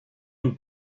den